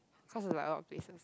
cause is like a lot of places